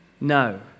No